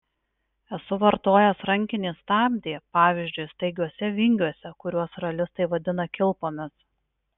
esu vartojęs rankinį stabdį pavyzdžiui staigiuose vingiuose kuriuos ralistai vadina kilpomis